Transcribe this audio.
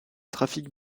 trafic